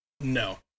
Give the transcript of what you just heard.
No